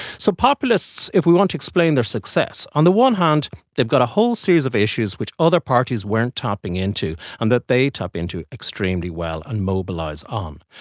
so populists, if we want to explain their success, on the one hand they've got a whole series of issues which other parties weren't tapping into and that they tap into extremely well and mobilise um